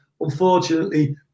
Unfortunately